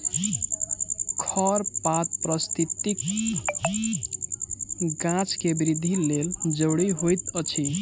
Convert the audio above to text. खरपात पारिस्थितिकी गाछ के वृद्धि के लेल ज़रूरी होइत अछि